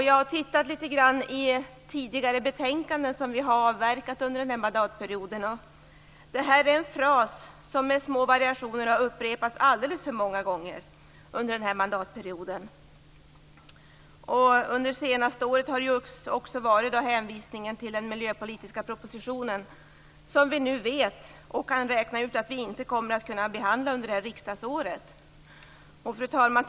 Jag har tittat litet grand i tidigare betänkanden som vi har avverkat under denna mandatperiod, och detta är en fras som med små variationer har upprepats alldeles för många gånger under denna mandatperiod. Under det senaste året har det också hänvisats till den miljöpolitiska proposition som vi nu vet och kan räkna ut att vi inte kommer att kunna behandla under detta riksmöte. Fru talman!